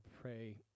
pray